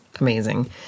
amazing